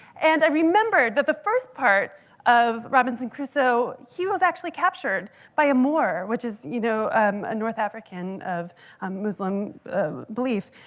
and i remembered that the first part of robinson crusoe, he was actually captured by a moore, which is you know a north african of um muslim belief.